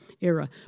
era